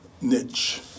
niche